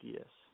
yes